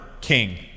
king